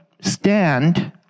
stand